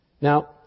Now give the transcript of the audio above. Now